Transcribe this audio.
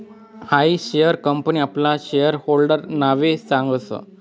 हायी share company आपला share होल्डर्सना नावे सांगस